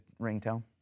ringtone